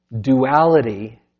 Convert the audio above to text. duality